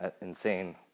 insane